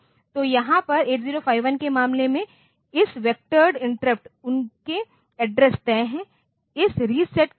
तो यहाँ पर 8051 के मामले में इस वेक्टोरेड इंटरप्ट उनके एड्रेस तय है इस रीसेट की तरह